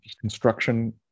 construction